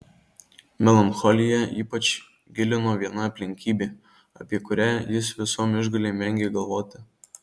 melancholiją ypač gilino viena aplinkybė apie kurią jis visom išgalėm vengė galvoti